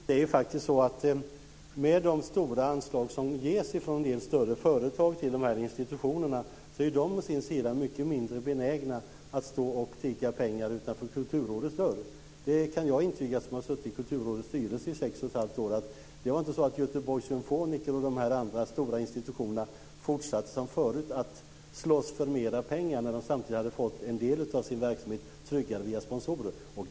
Herr talman! I och med de stora anslag som ges från en del större företag till de här institutionerna är dessa å sin sida mycket mindre benägna att stå och tigga pengar utanför Kulturrådets dörr. Det kan jag intyga, för jag har i sex och ett halvt år suttit med i Kulturrådets styrelse. Det var inte så att Göteborgs symfoniker och de andra stora institutionerna fortsatte som förut att slåss för mera pengar när de samtidigt hade fått en del av sin verksamhet tryggad via sponsorer.